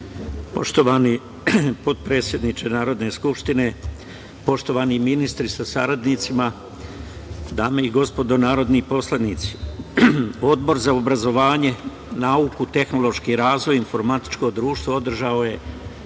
Poštovani potpredsedniče Narodne skupštine, poštovani ministri sa saradnicima, dame i gospodo narodni poslanici, Odbor za obrazovanje, nauku, tehnološki razvoj i informatičko društvo održao je